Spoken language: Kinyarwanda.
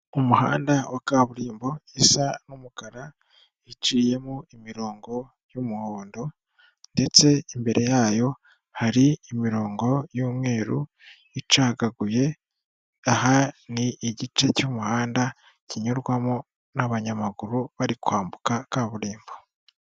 Umuhanda wa kaburimbo isa n'umukara iciyemo imirongo y'umuhondo ndetse imbere yayo hari imirongo y'umweru icagaguye, aha ni igice cy'umuhanda kinyurwamo n'abanyamaguru bari kwambuka kaburimbo.